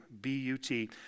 B-U-T